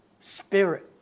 spirit